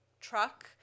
truck